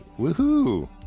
woohoo